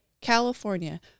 California